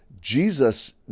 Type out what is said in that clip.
Jesus